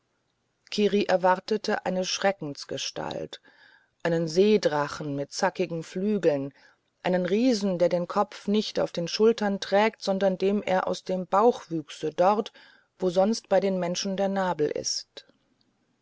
kiri erwartete eine schreckensgestalt einen seedrachen mit zackigen flügeln einen riesen der den kopf nicht auf den schultern trüge sondern dem er aus dem bauch wüchse dort wo sonst bei den menschen der nabel ist